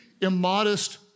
immodest